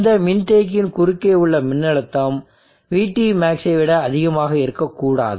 இந்த மின்தேக்கியின் குறுக்கே உள்ள மின்னழுத்தம் VTmaxஐ விட அதிகமாக இருக்கக்கூடாது